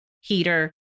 heater